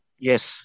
Yes